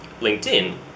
LinkedIn